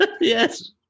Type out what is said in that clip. Yes